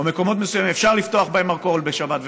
מקומות מסוימים אפשר לפתוח בהם מרכול בשבת,